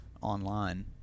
online